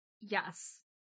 Yes